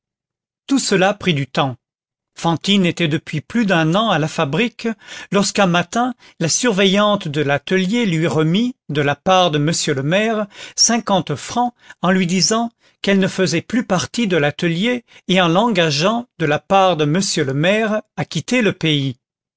tout cela prit du temps fantine était depuis plus d'un an à la fabrique lorsqu'un matin la surveillante de l'atelier lui remit de la part de m le maire cinquante francs en lui disant qu'elle ne faisait plus partie de l'atelier et en l'engageant de la part de m le maire à quitter le pays